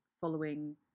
following